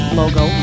logo